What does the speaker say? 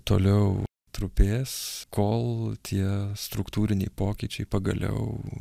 toliau trupės kol tie struktūriniai pokyčiai pagaliau